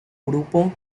grupo